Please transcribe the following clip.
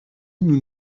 nous